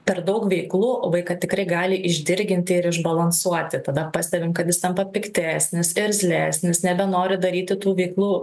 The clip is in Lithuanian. per daug veiklų vaiką tikrai gali išdirginti ir išbalansuoti tada pastebim kad jis tampa piktesnis irzlesnis nebenori daryti tų veiklų